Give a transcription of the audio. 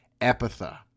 Epitha